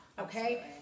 Okay